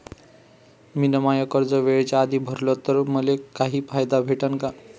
मिन माय कर्ज वेळेच्या आधी भरल तर मले काही फायदा भेटन का?